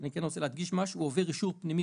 הוא עובר אישור פנימי